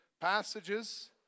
passages